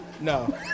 No